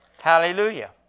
Hallelujah